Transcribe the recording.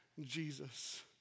Jesus